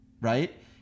right